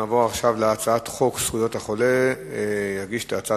נעבור להצעת חוק זכויות החולה (איסור